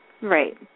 Right